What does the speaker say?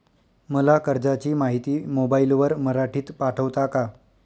मला कर्जाची माहिती मोबाईलवर मराठीत पाठवता का?